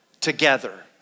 together